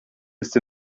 ist